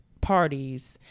parties